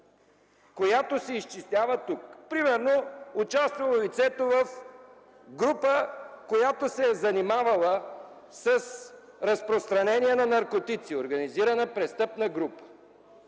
която се изчислява тук. Примерно лицето участвало в група, която се е занимавала с разпространение на наркотици, организирана престъпна група.